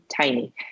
tiny